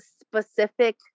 specific